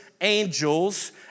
angels